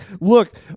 look